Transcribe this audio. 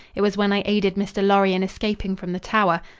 it was when i aided mr. lorry in escaping from the tower.